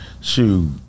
shoot